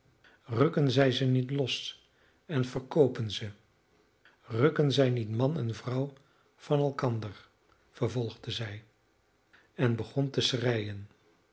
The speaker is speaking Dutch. rukken zij ze niet los en verkoopen ze rukken zij niet man en vrouw van elkander vervolgde zij en begon te schreien